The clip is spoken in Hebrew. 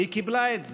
והיא קיבלה את זה.